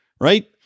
right